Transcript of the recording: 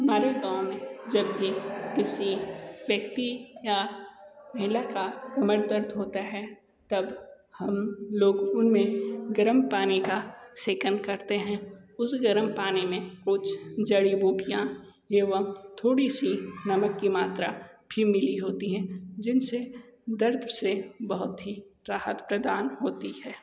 हमारे गाँव में जब भी किसी व्यक्ति या महिला का कमर दर्द होता है तब हम उनमें गरम पानी का सेकन करते हैं उस गरम पानी में कुछ जड़ी बूटियाँ एवं थोड़ी सी नमक की मात्रा भी मिली होती है जिनसे दर्द से बहुत ही राहत प्रदान होती है